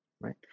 right